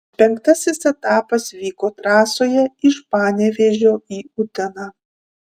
penktasis etapas vyko trasoje iš panevėžio į uteną